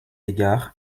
égard